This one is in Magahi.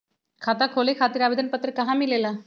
खाता खोले खातीर आवेदन पत्र कहा मिलेला?